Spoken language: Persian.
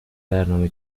برنامه